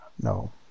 No